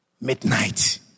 Midnight